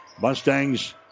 Mustangs